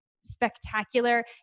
spectacular